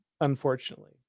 unfortunately